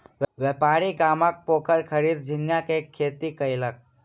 व्यापारी गामक पोखैर खरीद झींगा के खेती कयलक